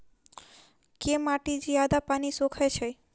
केँ माटि जियादा पानि सोखय छै?